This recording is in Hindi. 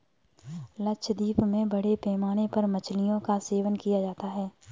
लक्षद्वीप में बड़े पैमाने पर मछलियों का सेवन किया जाता है